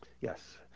Yes